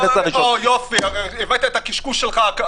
יופי, הבאת את הקשקוש שלך.